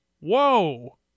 Whoa